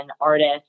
artist